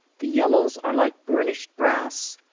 the yellows are like burnished brass,